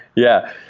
yeah,